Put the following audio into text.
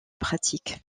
pratique